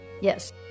Yes